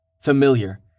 familiar